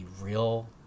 real